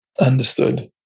Understood